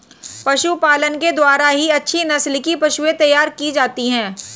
पशुपालन के द्वारा ही अच्छे नस्ल की पशुएं तैयार की जाती है